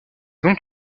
donc